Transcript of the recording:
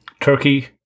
Turkey